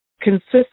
consists